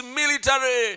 military